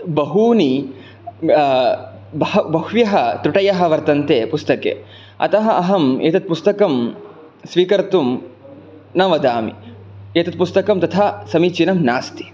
बहूनि बहव्यः त्रुटयः वर्तन्ते पुस्तके अतः अहम् एतत् पुस्तकं स्वीकर्तुं न वदामि एतत् पुस्तकं तथा समीचीनम् नास्ति